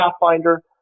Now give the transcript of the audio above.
Pathfinder